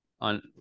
on